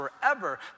forever